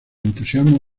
entusiasmo